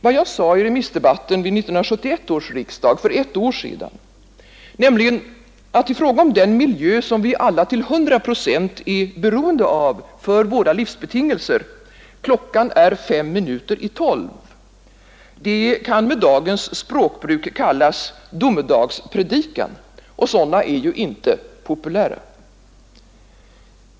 Vad jag sade i remissdebatten vid 1971 års riksdag, för ett år sedan, i fråga om den miljö som vi alla till hundra procent är beroende av för våra livsbetingelser: Klockan är fem minuter i tolv — det kan med dagens språkbruk kallas domedagspredikan, och sådana är ju inte populära.